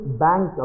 bank